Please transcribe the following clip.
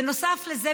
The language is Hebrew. בנוסף לזה,